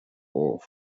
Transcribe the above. off